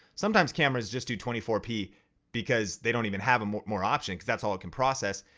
sometimes cameras just do twenty four p because they don't even have a more more option, cause that's all it can process,